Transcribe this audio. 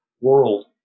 world